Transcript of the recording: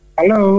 Hello